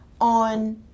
on